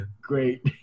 Great